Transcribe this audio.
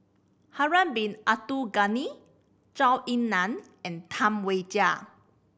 Harun Bin Abdul Ghani Zhou Ying Nan and Tam Wai Jia